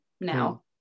now